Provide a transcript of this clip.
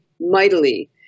mightily